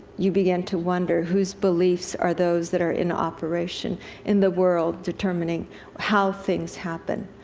you begin to wonder whose beliefs are those that are in operation in the world, determining how things happen.